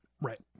Right